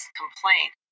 complaint